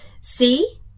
See